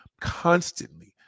constantly